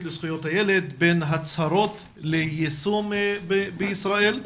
לזכויות הילד בין הצהרות ליישום בישראל.